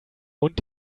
und